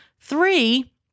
Three